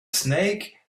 snake